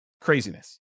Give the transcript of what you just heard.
craziness